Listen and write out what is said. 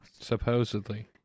supposedly